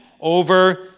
over